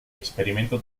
experimento